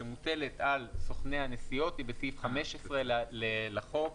שמוטלת על סוכני הנסיעות, היא בסעיף 15 לחוק